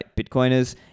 Bitcoiners